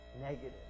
negative